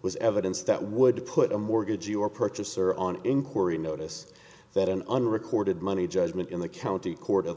was evidence that would put a mortgage your purchaser on inquiry notice that an unrecorded money judgment in the county court of